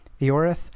Eorith